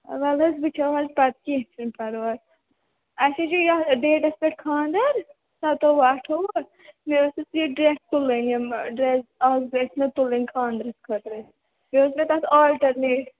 وۅلہٕ حظ وُچھو حظ پتہٕ کیٚنٛہہ چھُنہٕ پرواے اَسہِ حظ چھُ یَتھ ڈیٹٕس پیٚٹھ خانٛدر ستووُہ اَٹھووُہ مےٚ ٲسۍ یہِ ڈرٛیس تُلٕنۍ یِم ڈرٛیس اَکھ زٕ ٲسۍ مےٚ تُلٕنۍ خانٛدرَس خٲطرٕے بیٚیہِ اوس مےٚ تتھ آلٹرنیٹ